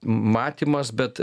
matymas bet